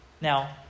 Now